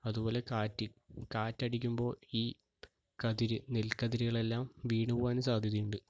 അതുപോലെ കാറ്റ് കാറ്റടിക്കുമ്പോൾ ഈ കതിര് നെൽക്കതിരുകളെല്ലാം വീണു പോവാനും സാധ്യതയുണ്ട്